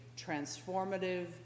transformative